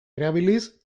erabiliz